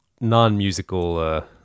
non-musical